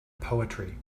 poetry